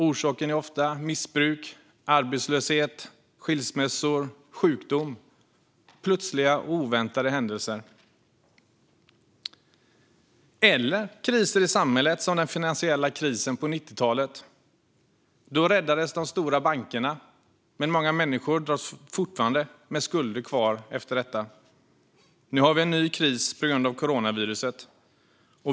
Orsaken är ofta missbruk, arbetslöshet, skilsmässa eller sjukdom - plötsliga och oväntade händelser. Det kan också vara kriser i samhället som den finansiella krisen på 90-talet. Då räddades de stora bankerna, men många människor dras fortfarande med skulder efter detta. Nu har vi en ny kris på grund av coronaviruset.